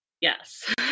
Yes